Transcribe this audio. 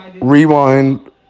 rewind